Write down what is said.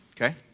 Okay